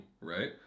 right